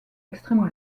extrême